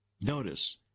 Notice